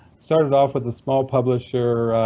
started off with a small publisher,